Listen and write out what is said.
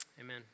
amen